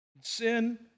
sin